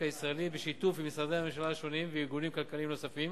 הישראלי בשיתוף עם משרדי הממשלה השונים וארגונים כלכליים נוספים.